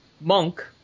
Monk